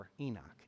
Enoch